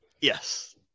Yes